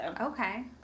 Okay